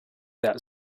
that